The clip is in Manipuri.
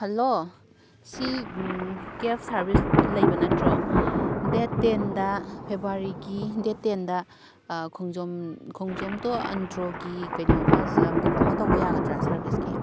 ꯍꯂꯣ ꯁꯤ ꯀꯦꯞ ꯁꯥꯔꯚꯤꯁ ꯂꯩꯕ ꯅꯠꯇ꯭ꯔꯣ ꯗꯦꯠ ꯇꯦꯟꯗ ꯐꯦꯕ꯭ꯋꯥꯔꯤꯒꯤ ꯗꯦꯠ ꯇꯦꯟꯗ ꯈꯣꯡꯖꯣꯝ ꯈꯣꯡꯖꯣꯝ ꯇꯨ ꯑꯟꯗ꯭ꯔꯣꯒꯤ ꯀꯩꯅꯣ ꯕꯨꯛ ꯑꯃ ꯇꯧꯕ ꯌꯥꯒꯗ꯭ꯔꯥ ꯁꯥꯔꯚꯤꯁꯀꯤ